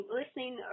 listening